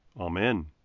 Amen